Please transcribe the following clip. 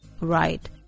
right